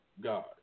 God